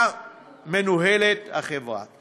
מנוהלת החברה.